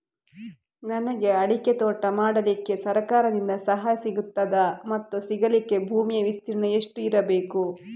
ನನಗೆ ಅಡಿಕೆ ತೋಟ ಮಾಡಲಿಕ್ಕೆ ಸರಕಾರದಿಂದ ಸಹಾಯ ಸಿಗುತ್ತದಾ ಮತ್ತು ಸಿಗಲಿಕ್ಕೆ ಭೂಮಿಯ ವಿಸ್ತೀರ್ಣ ಎಷ್ಟು ಇರಬೇಕು?